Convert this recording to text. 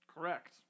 Correct